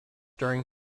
during